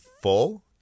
full